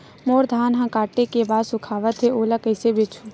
मोर धान ह काटे के बाद सुखावत हे ओला कइसे बेचहु?